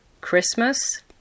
Christmas